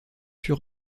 fut